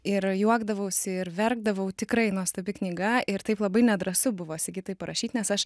ir juokdavausi ir verkdavau tikrai nuostabi knyga ir taip labai nedrąsu buvo sigitai parašyt nes aš